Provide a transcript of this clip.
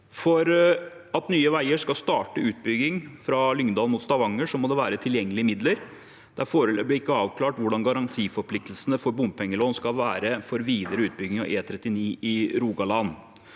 For at Nye veier skal starte utbygging fra Lyngdal mot Stavanger, må det være tilgjengelige midler. Det er foreløpig ikke avklart hvordan garantiforpliktelsene for bompengelån skal være for videre utbygging av E39 i Rogaland.